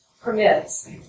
permits